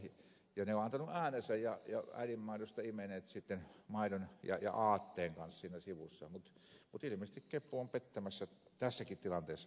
he ovat antaneet äänensä ja äidinmaidosta imeneet sitten aatteen siinä sivussa mutta ilmeisesti kepu on pettämässä tässäkin tilanteessa taas äänestäjät